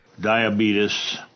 Diabetes